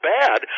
bad